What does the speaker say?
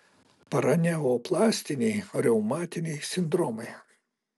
paraneoplastiniai reumatiniai sindromai